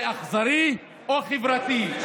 זה אכזרי או חברתי?